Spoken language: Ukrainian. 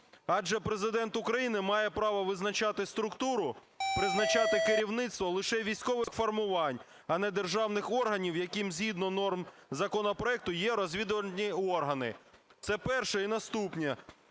адже Президент України має право визначати структуру, призначати керівництво лише військових формувань, а не державних органів, яким згідно норм законопроекту є розвідувальні органи. Це перше. І наступне.